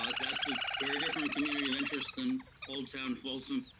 ah that's a very different community of interest than old town folsom,